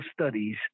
studies